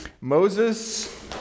Moses